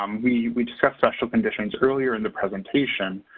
um we we discussed special conditions earlier in the presentation,